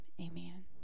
amen